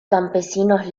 campesinos